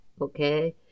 okay